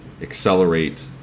accelerate